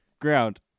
ground